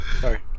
sorry